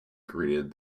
greeted